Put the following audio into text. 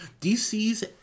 DC's